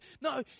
No